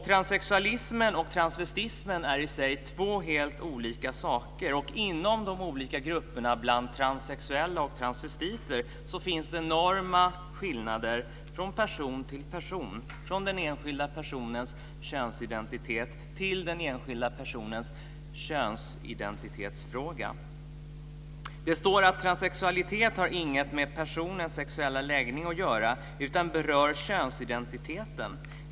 Transsexualismen och transvestismen är i sig två helt olika saker, och inom de olika grupperna bland transsexuella och transvestiter finns enorma skillnader från person till person, från den enskilda personens könsidentitet till den enskilda personens könsidentitetsfråga. "Transsexualitet har inget med personens sexuella läggning att göra, utan berör könsidentiteten.